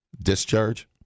discharge